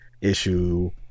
issue